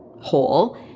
hole